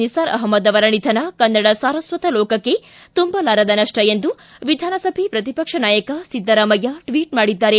ನಿಸಾರ್ ಅಹ್ವದ್ ಅವರ ನಿಧನ ಕನ್ನಡ ಸಾರಸ್ವತ ಲೋಕಕ್ಕೆ ತುಂಬಲಾರದ ನಪ್ಪ ಎಂದು ವಿಧಾನಸಭೆ ಪ್ರತಿಪಕ್ಷ ನಾಯಕ ಸಿದ್ದರಾಮಯ್ಯ ಟ್ವಿಟ್ ಮಾಡಿದ್ದಾರೆ